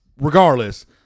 Regardless